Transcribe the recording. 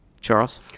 Charles